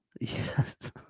Yes